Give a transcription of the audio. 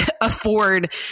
Afford